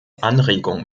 anregung